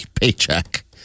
paycheck